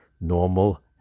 normal